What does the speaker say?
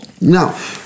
Now